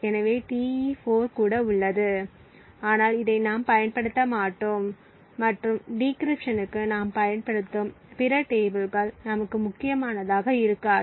எனவே Te4 கூட உள்ளது ஆனால் இதை நாம் பயன்படுத்த மாட்டோம் மற்றும் டிகிரிப்ட்ஷனுக்கு நாம் பயன்படுத்தும் பிற டேபிள்கள் நமக்கு முக்கியமானதாக இருக்காது